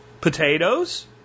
Potatoes